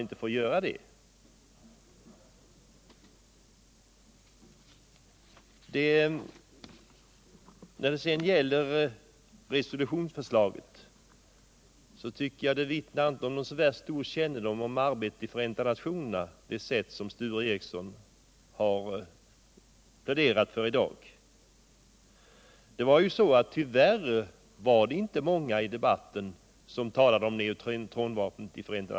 När det sedan gäller resolutionsförslaget så tycker jag att det sätt som Sture Ericson har pläderat på i dag inte vittnar om någon större kännedom om arbetet i Förenta Nationerna. Tyvärr var det inte många som talade om neutronbomiben i FN-debatten.